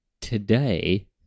today